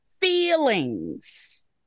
feelings